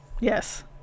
Yes